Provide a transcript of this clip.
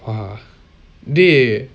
ah dey